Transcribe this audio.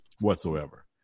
whatsoever